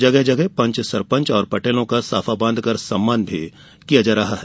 जगह जगह पंच सरपंच और पटेलों का साफा बांधकर सम्मान किया जा रहा है